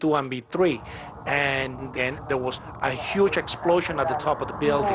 one beat three and then there was a huge explosion at the top of the building